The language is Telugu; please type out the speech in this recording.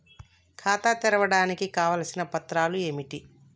ఖాతా తెరవడానికి కావలసిన పత్రాలు ఏమిటి?